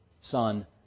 Son